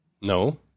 No